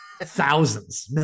Thousands